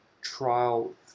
trial